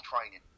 training